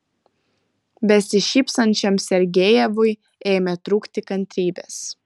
besišypsančiam sergejevui ėmė trūkti kantrybės